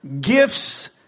Gifts